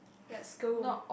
let's go